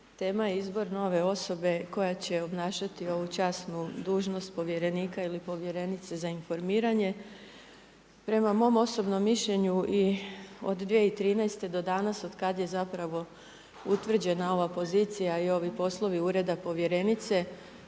Tema je izbor nove osobe koja će obnašati ovu časnu dužnost povjerenika ili povjerenice za informiranje. Prema mom osobnom mišljenju i od 2013. do danas otkad je zapravo utvrđena ova pozicija i ovi poslovi ureda povjerenice